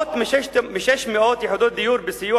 פחות מ-600 יחידות דיור בסיוע